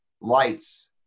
lights